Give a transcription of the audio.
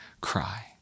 cry